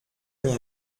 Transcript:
mon